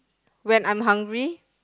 when I'm hungry